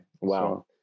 wow